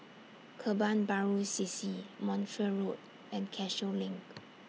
Kebun Baru C C Montreal Road and Cashew LINK